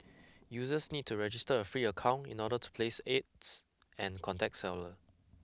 users need to register a free account in order to place ads and contact seller